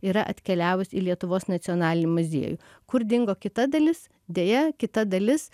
yra atkeliavusi į lietuvos nacionalinį muziejų kur dingo kita dalis deja kita dalis